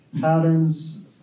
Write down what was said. patterns